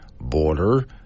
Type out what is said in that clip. border